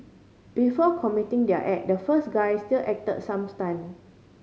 before committing their act the first guy still acted some stunt